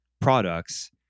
products